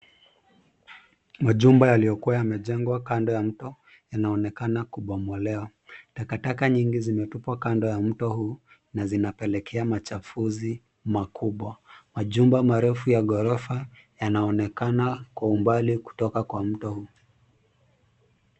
Majumba yaliyokuwa yamejengwa kando ya mto yanaonekana kubomolewa. Takataka nyingi zimetupwa kando ya mto huu na zinapelekea machafuzi makubwa. Majumba marefu ya ghorofa yanaonekana kwa umbali kutoka kwa mto huu.